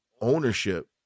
ownership